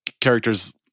characters